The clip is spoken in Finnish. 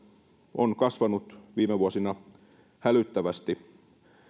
on kasvanut viime vuosina hälyttävästi